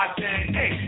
hey